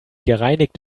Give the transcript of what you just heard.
gereinigt